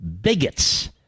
bigots